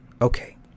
Okay